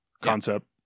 concept